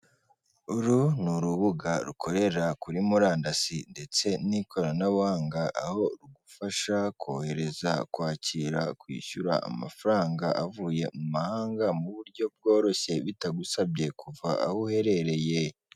Uru ni urubuga rukorera kuri murandasi ndetse n'ikoranabuhanga, aho rugufasha kohereza, kwakira, kwishyura amafaranga avuye mu mahanga mu buryo bworoshye bitagusabye kuva aho uherereye.